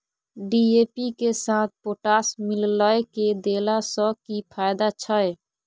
DAP के साथ potash मिललय के देला स की फायदा छैय?